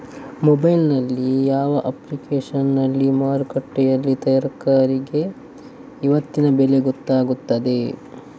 Mobile ನಲ್ಲಿ ಯಾವ ಅಪ್ಲಿಕೇಶನ್ನಲ್ಲಿ ಮಾರುಕಟ್ಟೆಯಲ್ಲಿ ತರಕಾರಿಗೆ ಇವತ್ತಿನ ಬೆಲೆ ಗೊತ್ತಾಗುತ್ತದೆ?